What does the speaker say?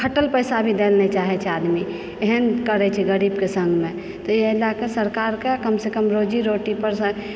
खटल पैसा भी दयलऽ नहि चाहैत छै आदमी एहन करैत छै गरीबक सङ्गमे तऽ एहि लयके सरकारके कमसँ कम रोजी रोटी परसँ